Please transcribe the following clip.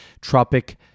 Tropic